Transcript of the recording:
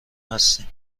هستیم